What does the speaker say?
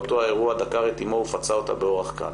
באותו האירוע דקר את אמו ופצע אותה באורח קל.